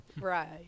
Right